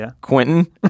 Quentin